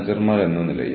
ആവാം ആവാതിരിക്കാം